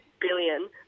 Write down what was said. Billion